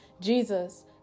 Jesus